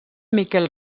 miquel